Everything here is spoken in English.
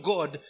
God